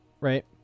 right